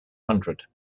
hundred